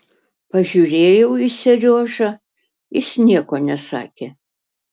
pažiūrėjau į seriožą jis nieko nesakė